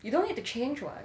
you don't need to change [what]